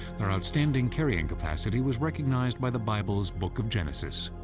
their outstanding carrying capacity was recognized by the bible's book of genesis.